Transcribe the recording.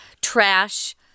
trash